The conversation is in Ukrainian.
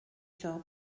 цього